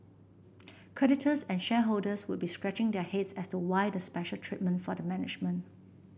creditors and shareholders would be scratching their heads as to why the special treatment for the management